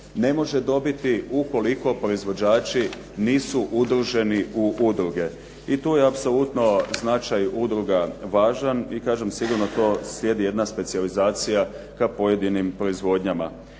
ne može dobiti ukoliko proizvođači nisu udruženi u udruge. I tu je apsolutno značaj udruga važan i kažem tu slijedi jedna specijalizacija ka pojedinim proizvodnjama.